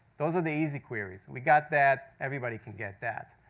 those are the easy queries. we got that. everybody can get that.